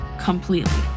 completely